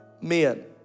men